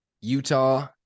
Utah